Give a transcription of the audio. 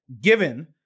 given